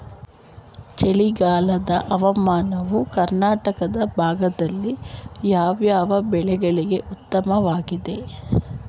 ಚಳಿಗಾಲದ ಹವಾಮಾನವು ಕರ್ನಾಟಕದ ಭಾಗದಲ್ಲಿ ಯಾವ್ಯಾವ ಬೆಳೆಗಳಿಗೆ ಉತ್ತಮವಾಗಿದೆ?